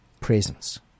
presence